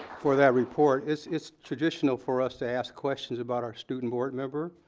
for that report. it's it's traditional for us to ask questions about our student board member.